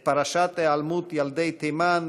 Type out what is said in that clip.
את פרשת היעלמותם של ילדי תימן,